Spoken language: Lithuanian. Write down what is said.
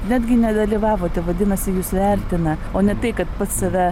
netgi nedalyvavote vadinasi jus vertina o ne tai kad pats save